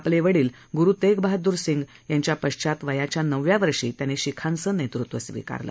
आपले वडील ग्रु तेगबहाद्र सिंग यांच्या पश्चात वयाच्या नवव्या वर्षी त्यांनी शिखांचं नेतृत्व स्विकारलं